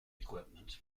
equipment